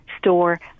store